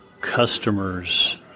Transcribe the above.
customers